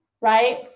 right